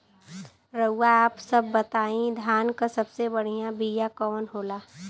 रउआ आप सब बताई धान क सबसे बढ़ियां बिया कवन होला?